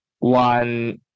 one